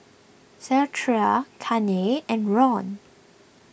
Zechariah Kanye and Ron